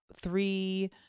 three